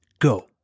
go